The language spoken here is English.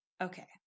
Okay